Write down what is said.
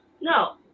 No